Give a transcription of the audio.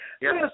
Yes